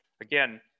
again